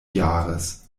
jahres